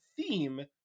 theme